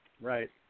right